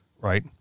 right